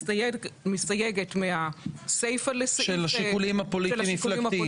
מסתייגת מהסיפא של הסעיף לעניין השיקולים הפוליטיים.